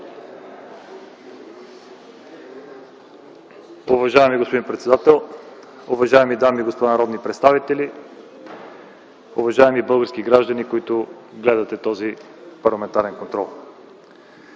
Уважаеми господин председател, уважаеми дами и господа народни представители, уважаеми български граждани, които гледате този парламентарен контрол!